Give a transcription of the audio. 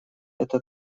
это